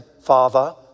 father